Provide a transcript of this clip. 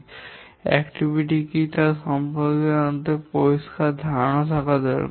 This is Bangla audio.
কার্যকলাপ কী তা সম্পর্কে আমাদের পরিষ্কার ধারনা দরকার